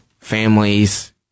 families